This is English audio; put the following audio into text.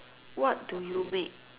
what do you make